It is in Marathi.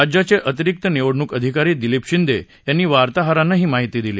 राज्याचे अतिरिक्त निवडणूक अधिकारी दिलीप शिंदे यांनी वार्ताहरांना ही माहिती दिली